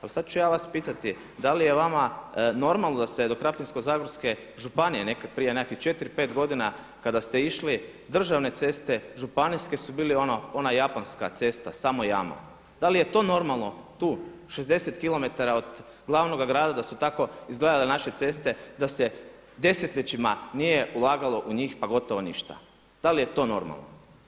Ali sada ću ja vas pitati da li je vama normalno da se do Krapinsko-zagorske županije prije nekakvih 4, 5 godina kada ste išli državne ceste, županijske su bile one japanska cesta samo jama, da li je to normalno tu 60km od glavnoga grada da su tako izgledale naše ceste da se desetljećima nije ulagalo u njih pa gotovo ništa, da li je to normalno?